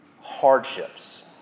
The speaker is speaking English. Hardships